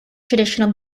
traditional